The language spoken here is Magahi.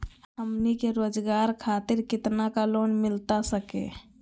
हमनी के रोगजागर खातिर कितना का लोन मिलता सके?